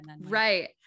right